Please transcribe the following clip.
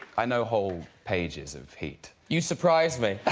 i know whole pages of heat you surprised me